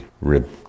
rib